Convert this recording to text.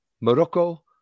Morocco